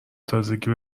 تازگی